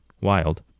wild